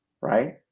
right